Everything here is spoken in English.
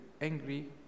angry